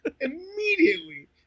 immediately